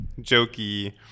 jokey